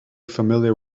familiar